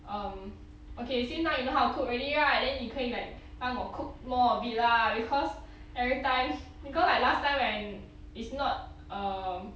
um okay since now you know how to cook already right then 你可以 like 帮我 cook more a bit lah because every time because like last time when it's not um